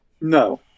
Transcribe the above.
no